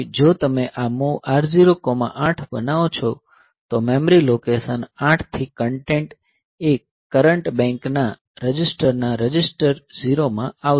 જો તમે આ MOV R008 બનાવો છો તો મેમરી લોકેશન 08 થી કન્ટેન્ટ એ કરંટ બેંકના રજિસ્ટરના રજિસ્ટર 0 માં આવશે